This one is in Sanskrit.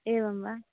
एवं वा